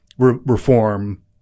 reform